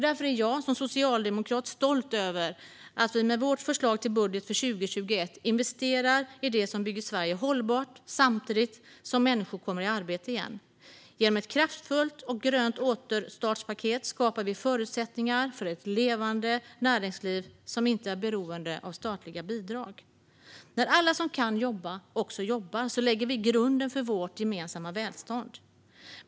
Därför är jag som socialdemokrat stolt över att vi med vårt förslag till budget för 2021 investerar i det som bygger Sverige hållbart samtidigt som människor kommer i arbete igen. Genom ett kraftfullt och grönt återstartspaket skapar vi förutsättningar för ett levande näringsliv som inte är beroende av statliga bidrag. När alla som kan jobba också jobbar lägger vi grunden för vårt gemensamma välstånd.